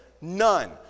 None